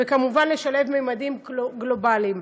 וכמובן לשלב ממדים גלובליים.